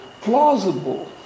plausible